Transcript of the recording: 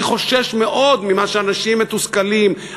אני חושש מאוד ממה שאנשים מתוסכלים,